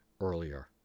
earlier